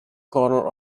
corner